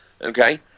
okay